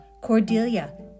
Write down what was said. Cordelia